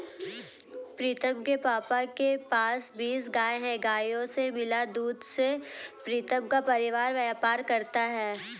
प्रीतम के पापा के पास बीस गाय हैं गायों से मिला दूध से प्रीतम का परिवार व्यापार करता है